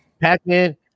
Pac-Man